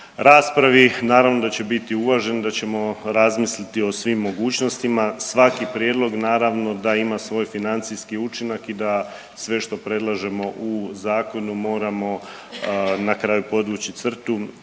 raspravi naravno da će biti uvažen, da ćemo razmisliti o svim mogućnostima. Svaki prijedlog naravno da ima svoj financijski učinak i da sve što predlažemo u zakonu moramo na kraju podvući crtu